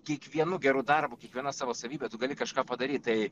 kiekvienu geru darbu kiekviena savo savybe tu gali kažką padaryt tai